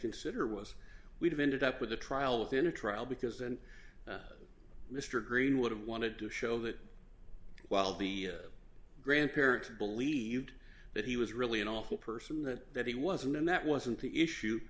consider was we'd have ended up with a trial within a trial because and mr green would have wanted to show that while the grandparents believed that he was really an awful person that that he wasn't and that wasn't the issue